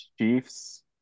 Chiefs